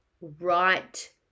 right